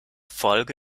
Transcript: folge